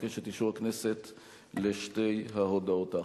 אבקש את אישור הכנסת לשתי ההודעות האחרונות.